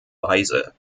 weise